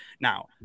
Now